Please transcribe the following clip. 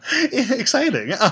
exciting